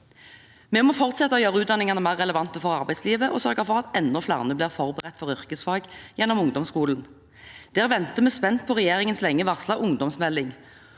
Vi må fortsette å gjøre utdanningene mer relevante for arbeidslivet og sørge for at enda flere elever blir forberedt for yrkesfag gjennom ungdomsskolen. Der venter vi spent på regjeringens lenge varslede ungdomsmelding.